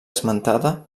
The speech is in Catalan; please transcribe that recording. esmentada